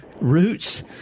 Roots